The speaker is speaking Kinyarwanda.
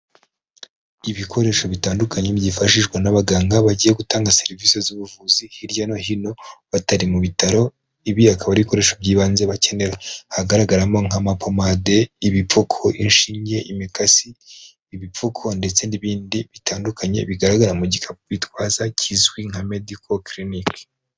Ibikoresho bitandukanye byifashishwa n'abaganga bagiye gutanga serivisi z'ubuvuzi hirya no hino batari mu bitaro, ibi akaba ari ibikoresho by'ibanze bakenera. Ahagaragaramo nk'amapomade, ibipfuko, inshinge, imikasi, ibipfuko ndetse n'ibindi bitandukanye bigaragara mu gikapu bitwaza kizwi nka medical clinic.